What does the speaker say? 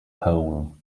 pole